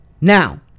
Now